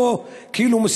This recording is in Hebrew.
הרי דבר כזה,